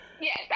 yes